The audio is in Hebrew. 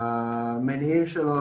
פניו,